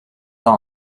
all